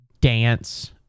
dance